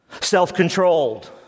self-controlled